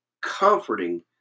comforting